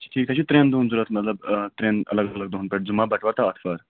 ٹھیٖک حظ چھِ ترٛٮ۪ن دۄہَن ضوٚرَتھ مطلب ترٛٮ۪ن الگ الگ دۄہَن پٮ۪ٹھ جُمعہ بَٹوار تہٕ آتھوار